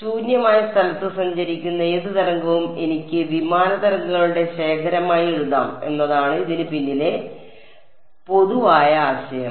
അതിനാൽ ശൂന്യമായ സ്ഥലത്ത് സഞ്ചരിക്കുന്ന ഏത് തരംഗവും എനിക്ക് വിമാന തരംഗങ്ങളുടെ ശേഖരമായി എഴുതാം എന്നതാണ് ഇതിന് പിന്നിലെ പൊതുവായ ആശയം